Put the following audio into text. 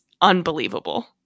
unbelievable